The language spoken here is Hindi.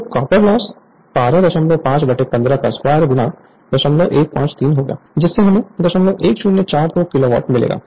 तो कॉपर लॉस 125 152 0153 होगी जिससे हमें 01042 किलोवाट मिलेगा